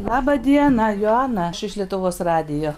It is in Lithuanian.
laba diena joana aš iš lietuvos radijo